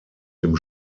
dem